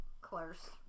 Close